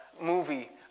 movie